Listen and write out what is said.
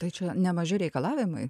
tai čia nemaži reikalavimai